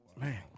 Man